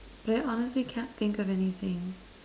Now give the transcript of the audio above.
but I honestly can't think of anything